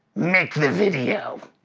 make the video!